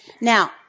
Now